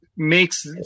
makes